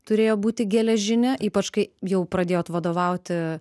turėjo būti geležinė ypač kai jau pradėjot vadovauti